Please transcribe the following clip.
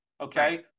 Okay